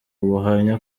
ubuhamya